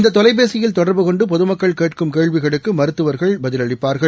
இந்த தொலைபேசியில் தொடர்பு கொண்டு பொதுமக்கள் கேட்கும் கேள்விகளுக்கு மருத்துவர்கள் பதிலளிப்பார்கள்